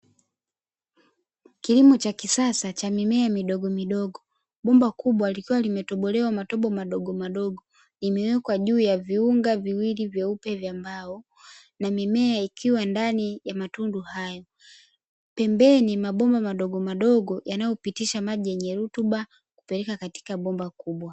Kilimo cha kisasa cha mimea midogomidogo, bomba kubwa likiwa limetobolewa matobo madogomadogo, imewekwa juu ya viunga viwili vyeupe vya mbao, na mimea ikiwa ndani ya matundu hayo. Pembeni mabomba madogomadogo yanayopitisha maji yenye rutuba, kupeleka katika bomba kubwa.